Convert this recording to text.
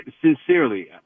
Sincerely